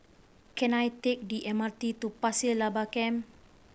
can I take the M R T to Pasir Laba Camp